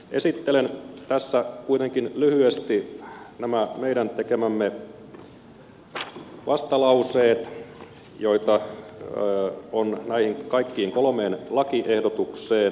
esittelen tässä kuitenkin lyhyesti nämä meidän tekemämme vastalauseet joita on näihin kaikkiin kolmeen lakiehdotukseen